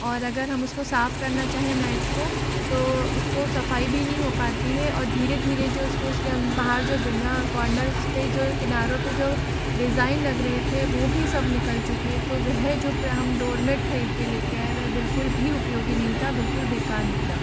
और अगर हम उसको साफ़ करना चाहें मैटस को तो उसको सफ़ाई भी नहीं हो पाती है और धीरे धीरे जो उसको उसके बाहर जो दिनवा और कौरनर्स पे जो किनारों पे जो डिज़ाइन लग रहे थे वो भी सब निकल चुके तो वह जो हम जो डोरमैट खरीद के लेके आए वह बिल्कुल भी उपयोगी नहीं था बिल्कुल बेकार निकला